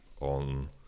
on